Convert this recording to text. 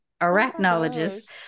arachnologist